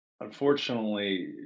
Unfortunately